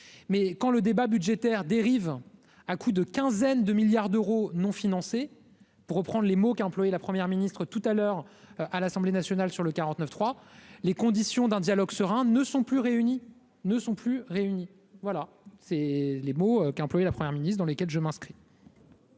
mais quand le débat budgétaire dérive à coup de quinzaine de milliards d'euros non financé, pour reprendre les mots qu'il emploie et la première ministre tout à l'heure à l'Assemblée nationale sur le 49 3 les conditions d'un dialogue serein ne sont plus réunies, ne sont plus réunies. Voilà, c'est les mots qu'il emploie la première ministre dans lesquels je m'inscris.